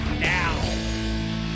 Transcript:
now